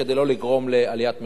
כדי לא לגרום לעליית מחירים,